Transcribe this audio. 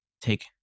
take